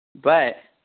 ꯚꯥꯏ